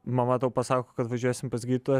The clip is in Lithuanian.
mama tau pasako kad važiuosim pas gydytoją